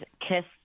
kiss